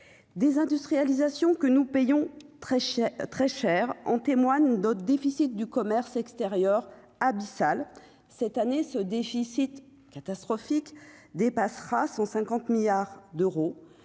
désindustrialisation que nous payons très cher, très cher en témoignent d'autres déficit du commerce extérieur abyssal, cette année, ce déficit catastrophique dépassera 150 milliards d'euros,